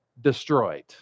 destroyed